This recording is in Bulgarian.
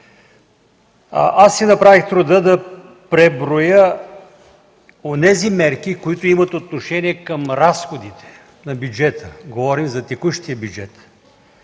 Аз си направих труда да преброя онези мерки, които имат отношение към разходите на бюджета, говорим за текущия бюджет.